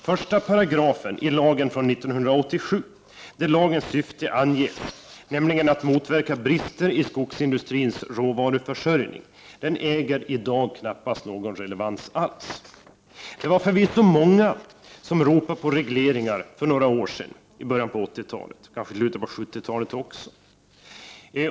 Första paragrafen i lagen från 1987, där lagens syfte anges, nämligen att motverka brister i skogsindustrins råvaruförsörjning, äger i dag knappast någon relevans. Det var förvisso många som ropade på regleringar för några år sedan, i början av 80-talet och kanske i slutet av 70-talet också.